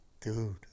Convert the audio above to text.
dude